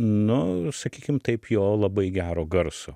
nu sakykim taip jo labai gero garso